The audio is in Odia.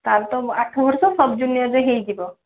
ତା'କୁ ତ ଆଠ ବର୍ଷ ସଵ୍ ଜୁନିୟରରେ ହେଇଯିବ